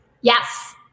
Yes